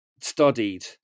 studied